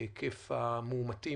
בהיקף המאומתים,